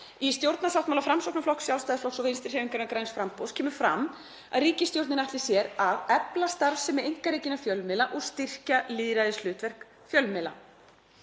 „Í stjórnarsáttmála Framsóknarflokks, Sjálfstæðisflokks og Vinstrihreyfingarinnar – græns framboðs kemur fram að ríkisstjórnin ætli sér að efla starfsemi einkarekinna fjölmiðla og styrkja lýðræðishlutverk fjölmiðla.